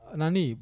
nani